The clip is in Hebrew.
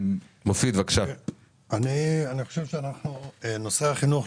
אני חושב שבנושא החינוך,